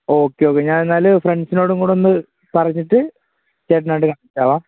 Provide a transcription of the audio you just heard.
okay okay ഞാനെന്നാല് ഫ്രണ്ട്സിനോടും കൂടെയൊന്ന് പറഞ്ഞിട്ട് ചേട്ടനോട് ഞാന്